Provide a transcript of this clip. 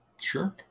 Sure